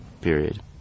period